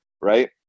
right